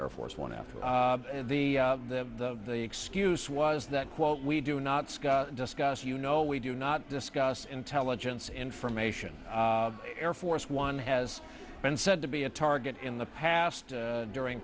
air force one after the the excuse was that quote we do not discuss you know we do not discuss intelligence information air force one has been said to be a target in the past during